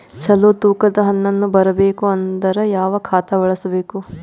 ಚಲೋ ತೂಕ ದ ಹಣ್ಣನ್ನು ಬರಬೇಕು ಅಂದರ ಯಾವ ಖಾತಾ ಬಳಸಬೇಕು?